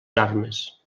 armes